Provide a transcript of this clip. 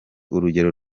urugero